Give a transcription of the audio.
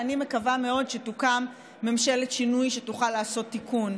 ואני מקווה מאוד שתוקם ממשלת שינוי שתוכל לעשות תיקון,